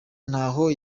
ntaho